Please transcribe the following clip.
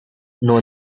know